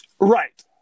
Right